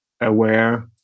aware